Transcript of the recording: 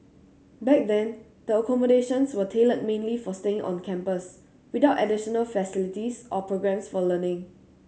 back then the accommodations were tailored mainly for staying on campus without additional facilities or programmes for learning